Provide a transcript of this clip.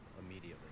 immediately